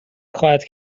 خواهد